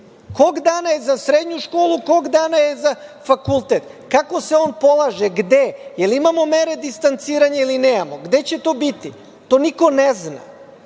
Kog dana je za srednju školu? Kog dana je za fakultet? Kako se on polaže? Gde? Jel imamo mere distanciranja ili nemamo? Gde će to biti? To niko ne zna. To